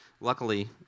Luckily